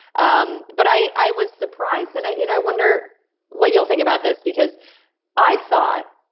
um but i i was surprised and i you know wonder what you'll think about this because i thought,